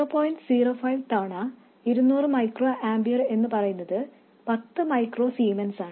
05 തവണ 200 micro ampere എന്നു പറയുന്നത് 10 മൈക്രോ സീമെൻസാണ്